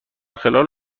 خلال